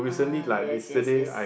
uh yes yes yes